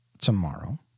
tomorrow